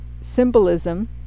symbolism